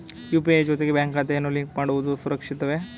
UPI ಜೊತೆಗೆ bank ಖಾತೆಯನ್ನು link ಮಾಡುವುದು ಸುರಕ್ಷಿತವೇ?